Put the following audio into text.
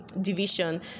division